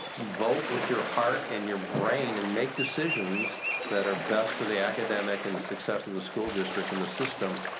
vote with your heart and your brain and make decisions that are best for the academic and the success of the school district and the system.